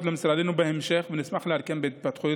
למשרדנו בהמשך ונשמח לעדכן בהתפתחויות,